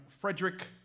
Frederick